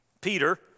Peter